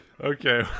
Okay